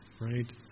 right